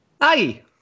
Hi